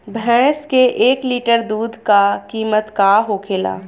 भैंस के एक लीटर दूध का कीमत का होखेला?